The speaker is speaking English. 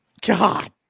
God